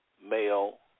male